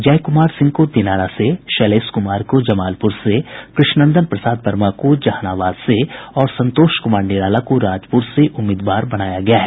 जय कुमार सिंह को दिनारा से शैलेश कुमार को जमालपुर से कृष्णनंदन प्रसाद वर्मा को जहानाबाद से और संतोष कुमार निराला को राजपुर से उम्मीदवार बनाया गया है